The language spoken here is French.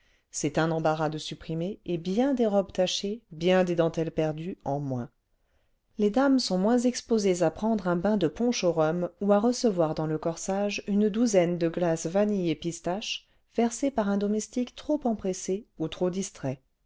c'est un embarras de supprimé et bien des robes tachées bien des dentelles perdues en moins les dames sont moins exposées à prendre un bain de punch au rhum ou à recevoir dans le corsage une douzaine de glaces vanille et pistache versées par un domestique trop empressé ou trop distrait